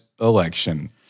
election